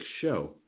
show